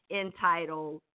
entitled